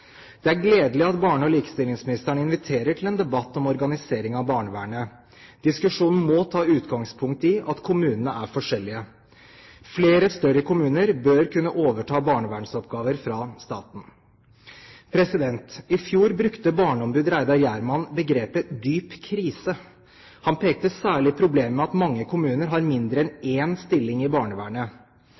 Det er gledelig at barne- og likestillingsministeren inviterer til en debatt om organisering av barnevernet. Diskusjonen må ta utgangspunkt i at kommunene er forskjellige. Flere større kommuner bør kunne overta barnevernsoppgaver fra staten. I fjor brukte barneombud Reidar Hjermann begrepet «dyp krise». Han pekte særlig på problemet med at mange kommuner har mindre enn én stilling i barnevernet.